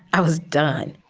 i was done.